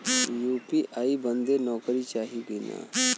UPI बदे नौकरी चाही की ना?